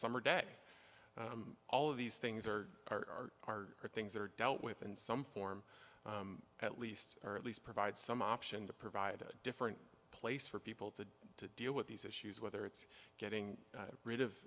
summer day all of these things are are are are things are dealt with in some form at least or at least provide some option to provide a different place for people to deal with these issues whether it's getting rid of